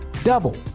Double